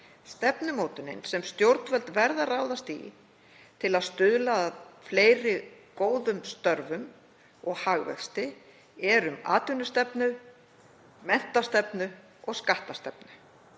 Stefnumótunin sem stjórnvöld verða að ráðast í til að stuðla að fleiri góðum störfum og hagvexti er um atvinnustefnu, menntastefnu og skattastefnu.